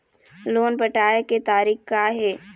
Loan पटाए के तारीख़ का हे?